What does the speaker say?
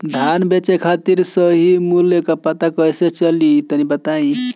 धान बेचे खातिर सही मूल्य का पता कैसे चली तनी बताई?